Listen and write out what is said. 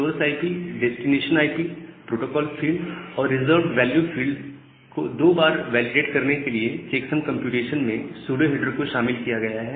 source IP destination IP protocol field और reserved value field को दो बार वैलिडेट करने के लिए चेक्सम कंप्यूटेशन में सूडो हेडर को शामिल किया गया है